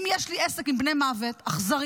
ואם יש לי עסק עם בני מוות אכזריים,